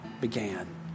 began